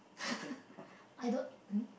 I don't um